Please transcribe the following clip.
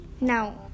now